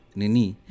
nini